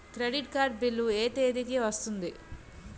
Credit card bill ఎ తేదీ కి వస్తుంది?